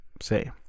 say